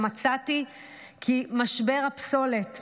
שמצאתי כי משבר הפסולת,